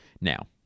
Now